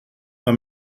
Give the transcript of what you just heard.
war